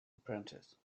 apprentice